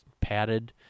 padded